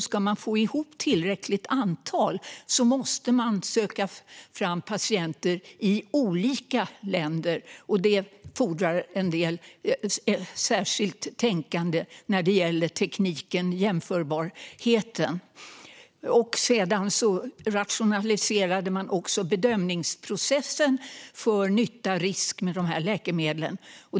Ska man få ihop ett tillräckligt antal måste man söka patienter i olika länder, och det fordrar ett särskilt tänkande vad gäller tekniken för jämförbarheten. Sedan rationaliserade man också bedömningsprocessen för nytta och risk med dessa läkemedel.